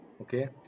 okay